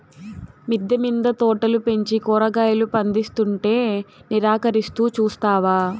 మిద్దె మింద తోటలు పెంచి కూరగాయలు పందిస్తుంటే నిరాకరిస్తూ చూస్తావా